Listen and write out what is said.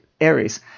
Aries